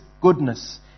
goodness